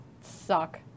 suck